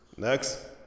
Next